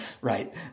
right